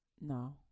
no